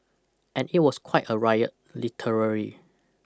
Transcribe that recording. and it was quite a riot literally